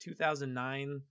2009